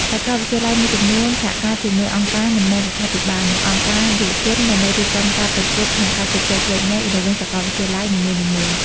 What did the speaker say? សាកលវិទ្យាល័យមួយចំនួនសហការជាមួយអង្គការមិនមែនរដ្ឋាភិបាល និងអង្គការយុវជន ដើម្បីរៀបចំការប្រកួតក្នុងការជជែកវែកញែករវាងសាកលវិទ្យាល័យនីមួយៗ។